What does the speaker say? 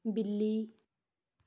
ਬਿੱਲੀ